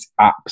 apps